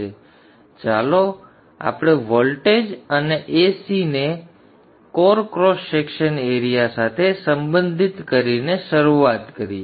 આથી ચાલો આપણે વોલ્ટેજ અને Ac ને કોર ક્રોસ સેક્શન એરિયા સાથે સંબંધિત કરીને શરૂઆત કરીએ